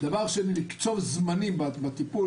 דבר שני לקצוב זמנים בטיפול,